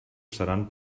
seran